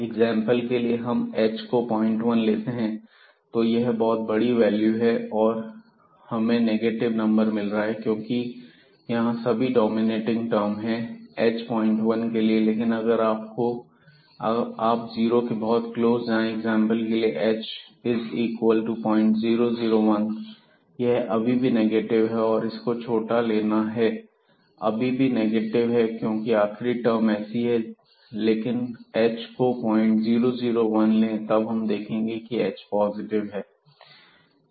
example के लिए हम h को 01 लेते हैं यह एक बहुत बड़ी वैल्यू है और हमें यह नेगेटिव नंबर मिल रहा है क्योंकि यह सभी डोमिनेटिंग टर्म है h 01 के लिए लेकिन अगर आप जीरो के बहुत क्लोज जाएं एग्जांपल के लिए h एस इक्वल टू 0001 यह अभी भी नेगेटिव है और हमें इसको और छोटा लेना है यह अभी भी नेगेटिव है क्योंकि आखरी टर्म ऐसी है लेकिन यदि हम h को 0001 ले तब हम देखेंगे कि h पॉजिटिव है